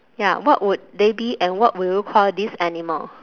ya what would they be and what will you call this animal